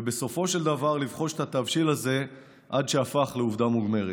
ובסופו של דבר לבחוש את התבשיל הזה עד שהפך לעובדה מוגמרת.